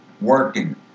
working